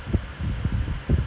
I can just do this like [what]